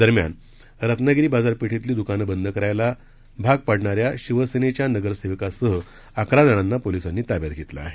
दरम्यान रत्नागिरी बाजारपेठेतली दुकान बंद करायला भाग पाडणाऱ्या शिवसेनेच्या नगरसेवकासह अकरा जणांना पोलिसांनी ताब्यात घेतलं आहे